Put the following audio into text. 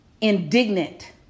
indignant